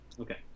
Okay